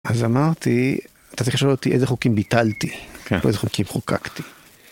‫אז אמרתי, אתה צריך לשאול אותי ‫איזה חוקים ביטלתי, או איזה חוקים חוקקתי.